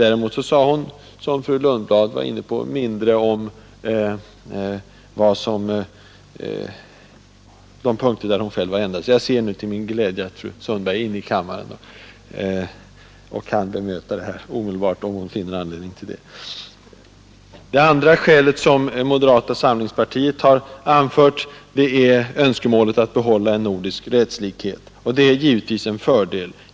Däremot sade hon, som fru Lundblad påpekade, mindre om de punkter där hon själv har ändrat sig. Det andra skälet moderata samlingspartiet har anfört är önskemålet att behålla nordisk rättslikhet. Nordisk rättslikhet är givetvis en fördel.